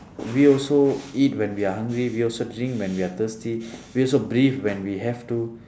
we also eat when we are hungry we also drink when we are thirsty we also breathe when we have to